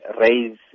raise